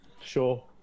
sure